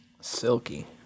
Silky